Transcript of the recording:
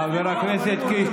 חבר הכנסת קיש,